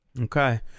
Okay